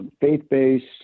faith-based